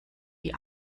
wie